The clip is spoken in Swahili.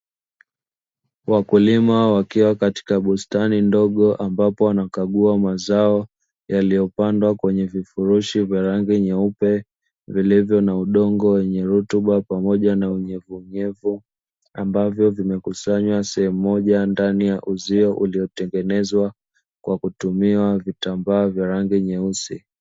Wakulima wakiwa katika bustani ndogo ambapo wanakagua mazao yaliyopandwa kwenye vifurushi vya rangi nyeupe vilivyo na udongo wenye rutuba pamoja na unyevu nyevu, ambavyo vimekusanywa sehemu moja ndani ya uzio uliotengenezwa kwa kutumiwa vitambaa vya rangi nyeusi.